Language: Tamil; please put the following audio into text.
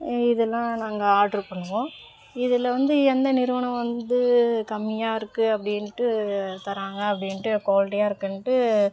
ஏ இதெல்லாம் நாங்கள் ஆர்டரு பண்ணுவோம் இதில் வந்து எந்த நிறுவனம் வந்து கம்மியாக இருக்குது அப்படின்ட்டு தர்றாங்க அப்படின்ட்டு குவாலிட்டியாக இருக்குதுன்ட்டு